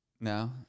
No